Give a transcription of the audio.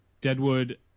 Deadwood